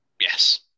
Yes